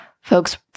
folks